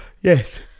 Yes